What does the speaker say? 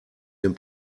den